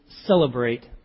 celebrate